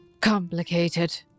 complicated